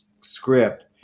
script